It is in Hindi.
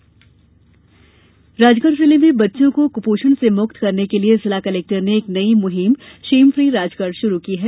राजगढ़ क्पोषण राजगढ़ जिले में बच्चों को कुपोषण से मुक्त करने के लिए जिला कलेक्टर ने एक नई मुहिम शेम फी राजगढ़ शुरू की है